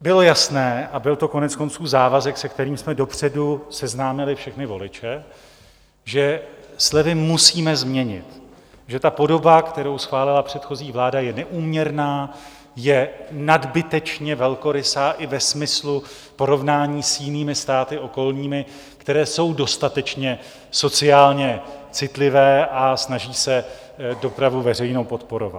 Bylo jasné, a byl to koneckonců závazek, se kterým jsme dopředu seznámili všechny voliče, že slevy musíme změnit, že ta podoba, kterou schválila předchozí vláda, je neúměrná, je nadbytečně velkorysá i ve smyslu porovnání s jinými státy okolními, které jsou dostatečně sociálně citlivé a snaží se veřejnou dopravu podporovat.